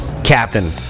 captain